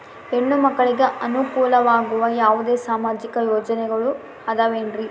ಹೆಣ್ಣು ಮಕ್ಕಳಿಗೆ ಅನುಕೂಲವಾಗುವ ಯಾವುದೇ ಸಾಮಾಜಿಕ ಯೋಜನೆಗಳು ಅದವೇನ್ರಿ?